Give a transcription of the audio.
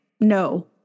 No